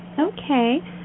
Okay